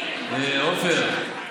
עפר,